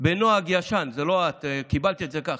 בנוהג ישן, זה לא את, קיבלת את זה ככה,